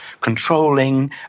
controlling